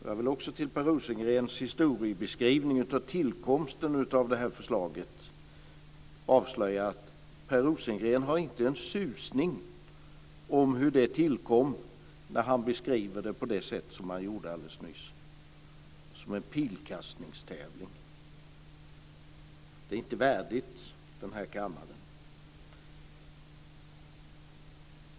Jag vill också med anledning av Per Rosengrens historiebeskrivning av tillkomsten av detta förslag avslöja att Per Rosengren inte har en susning om hur förslaget tillkom när han beskriver det på det sätt som han gjorde alldeles nyss, som en pilkastningstävling. Det är inte värdigt denna kammare.